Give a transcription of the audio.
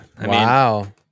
Wow